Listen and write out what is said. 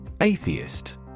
Atheist